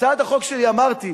בהצעת החוק שלי אמרתי,